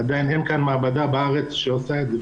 עדיין אין מעבדה בארץ שעושה את זה,